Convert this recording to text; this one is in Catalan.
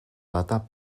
data